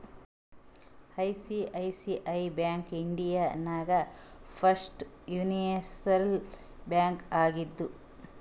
ICICI bank India ನಾಗ್ first universal bank ಆಗಿದ್ದು